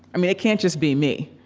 i mean, it can't just be me.